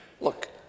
Look